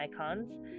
icons